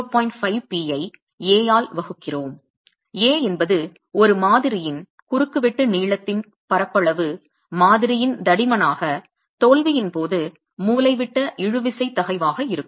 5 P ஐ A ஆல் வகுக்கிறோம் A என்பது ஒரு மாதிரியின் குறுக்குவெட்டு நீளத்தின் பரப்பளவு மாதிரியின் தடிமனாக தோல்வியின் போது மூலைவிட்ட இழுவிசை தகைவாக இருக்கும்